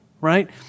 right